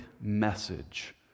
message